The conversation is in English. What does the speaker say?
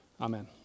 Amen